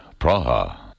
Praha